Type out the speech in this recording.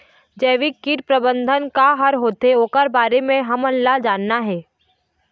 जैविक कीट प्रबंधन का हर होथे ओकर बारे मे हमन ला जानना हे?